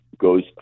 goes